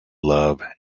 love